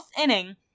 inning